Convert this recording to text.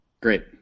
Great